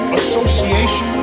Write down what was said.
association